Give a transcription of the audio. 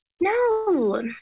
No